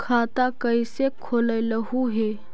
खाता कैसे खोलैलहू हे?